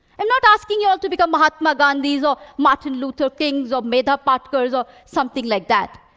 i'm not asking you all to become mahatma gandhis or martin luther kings, or medha patkars, or something like that.